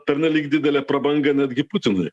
pernelyg didelė prabanga netgi putinui